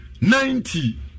Ninety